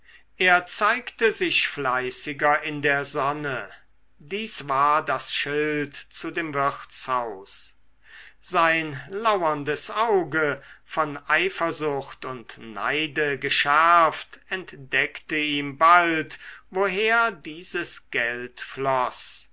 er zeigte sich fleißiger in der sonne dies war das schild zu dem wirtshaus sein laurendes auge von eifersucht und neide geschärft entdeckte ihm bald woher dieses geld floß